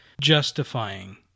justifying